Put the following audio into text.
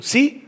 See